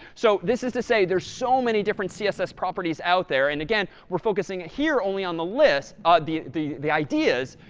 so this is to say there's so many different css properties out there. and again, we're focusing here only on the list ah the the ideas.